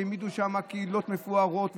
והעמידו שם קהילות מפוארות,